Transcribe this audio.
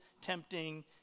tempting